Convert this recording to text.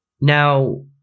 Now